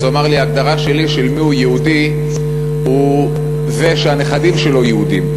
הוא אמר לי: ההגדרה שלי של מיהו יהודי זה שהנכדים שלו יהודים.